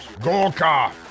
Gorka